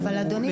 אדוני,